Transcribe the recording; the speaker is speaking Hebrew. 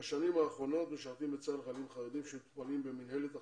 בשנים האחרונות משרתים בצה"ל חיילים חרדים שרשומים במינהלת החרדים.